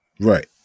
Right